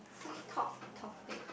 three top topic